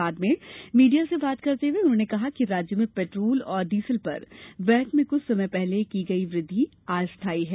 बाद में मीडिया से बात करते हुए उन्होंने कहा कि राज्य में पेट्रोल और डीजल पर वेट में क्छ समय पहले की गई वृद्धि अस्थाई है